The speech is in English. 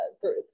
group